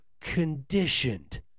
conditioned